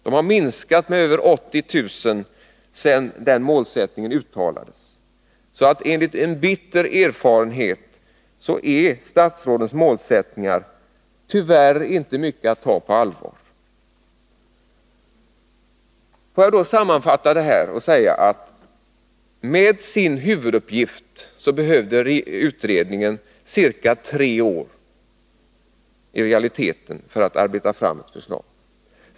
De har minskat i antal med över 80 000 sedan den målsättningen uttalades. En bitter erfarenhet är att statsråds målsättningar tyvärr inte är mycket att ta på allvar. Som en sammanfattning vill jag säga att för sin huvuduppgift att arbeta fram ett förslag behövde utredningen i realiteten ca tre år.